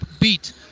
beat